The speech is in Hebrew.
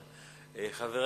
ובגלל